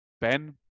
ben